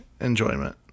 enjoyment